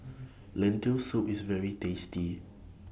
Lentil Soup IS very tasty